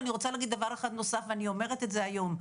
אני רוצה להגיד דבר אחד נוסף ואני אומרת את זה היום.